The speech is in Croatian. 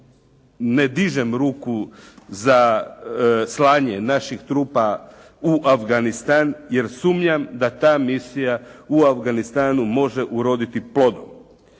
ne dižem ruku za slanje naših trupa u Afganistan, jer sumnjam da ta misija u Afganistanu može uroditi plodom.